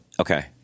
Okay